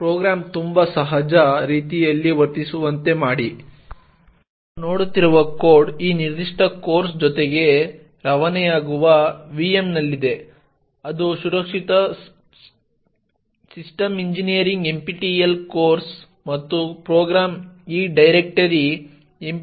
program ತುಂಬಾ ಅಸಹಜ ರೀತಿಯಲ್ಲಿ ವರ್ತಿಸುವಂತೆ ಮಾಡಿ ನಾವು ನೋಡುತ್ತಿರುವ ಕೋಡ್ ಈ ನಿರ್ದಿಷ್ಟ ಕೋರ್ಸ್ ಜೊತೆಗೆ ರವಾನೆಯಾಗುವ VM ನಲ್ಲಿದೆ ಅದು ಸುರಕ್ಷಿತ ಸಿಸ್ಟಮ್ ಎಂಜಿನಿಯರಿಂಗ್ NPTEL ಕೋರ್ಸ್ ಮತ್ತು ಪ್ರೋಗ್ರಾಂ ಈ ಡೈರೆಕ್ಟರಿ NPTEL Codesmodule7 ನಲ್ಲಿದೆ